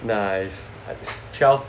nice at twelve